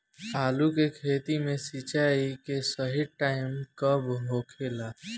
आलू के खेती मे सिंचाई के सही टाइम कब होखे ला?